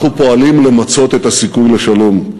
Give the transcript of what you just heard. אנחנו פועלים למצות את הסיכוי לשלום,